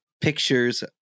pictures